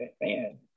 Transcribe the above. Man